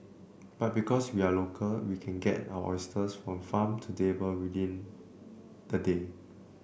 but because we are local we can get our oysters from farm to table within the day